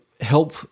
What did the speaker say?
help